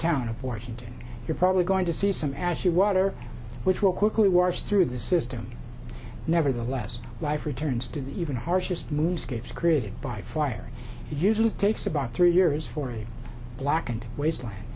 town of washington you're probably going to see some ashy water which will quickly wars through the system nevertheless life returns to the even harshest moves gets created by fire usually takes about three years for a blackened wasteland